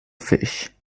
fish